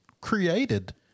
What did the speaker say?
created